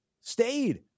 stayed